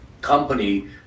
company